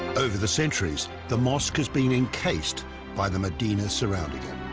over the centuries the mosque has been encased by the medina surrounding it.